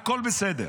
הכול בסדר.